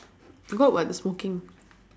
good [what] the smoking